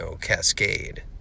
cascade